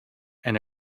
and